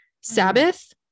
Sabbath